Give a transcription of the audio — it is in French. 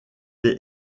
est